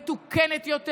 מתוקנת יותר.